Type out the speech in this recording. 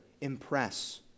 impress